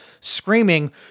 screaming